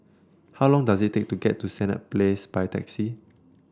how long does it take to get to Senett Place by taxi